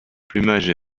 plumage